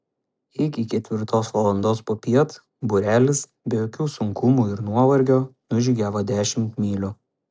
iki ketvirtos valandos popiet būrelis be jokių sunkumų ir nuovargio nužygiavo dešimt mylių